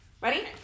Ready